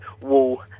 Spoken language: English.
wall